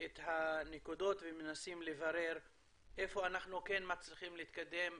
את הנקודות ומנסים לברר איפה אנחנו כן מצליחים להתקדם,